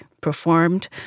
performed